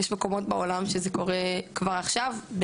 יש מקומות בעולם שזה קורה כבר עכשיו.